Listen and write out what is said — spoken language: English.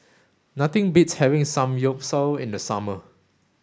nothing beats having Samgyeopsal in the summer